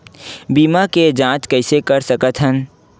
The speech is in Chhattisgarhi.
बीमा के जांच कइसे कर सकत हन?